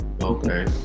Okay